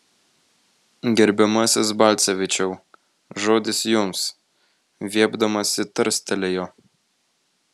gerbiamasis balcevičiau žodis jums viepdamasi tarstelėjo